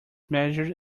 measured